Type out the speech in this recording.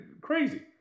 Crazy